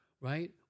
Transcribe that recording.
Right